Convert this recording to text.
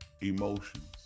Emotions